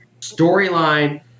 storyline